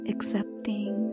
Accepting